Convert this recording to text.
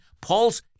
Paul's